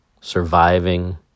surviving